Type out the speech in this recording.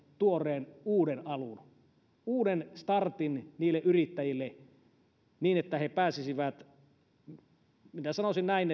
tuoreen uuden alun uuden startin niille yrittäjille niin että he pääsisivät minä sanoisin näin